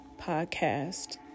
podcast